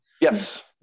Yes